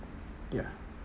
ya